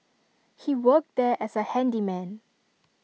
he worked there as A handyman